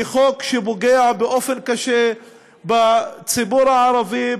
חוק שפוגע באופן קשה בציבור הערבי,